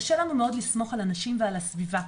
קשה לנו מאוד לסמוך על אנשים ועל הסביבה.